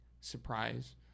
surprise